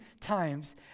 times